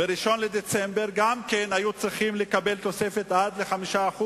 ב-1 בדצמבר גם הם היו לקבל תוספת של עד 5%,